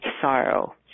sorrow